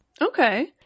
Okay